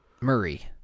Murray